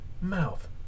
Mouth